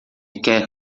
quer